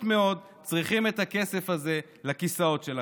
אתם פשוט מאוד צריכים את הכסף הזה לכיסאות שלכם.